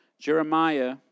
Jeremiah